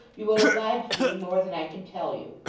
you will oblige me more than i can tell you.